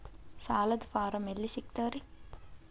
ಸಾಲದ ಫಾರಂ ಎಲ್ಲಿ ಸಿಕ್ತಾವ್ರಿ?